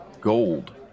gold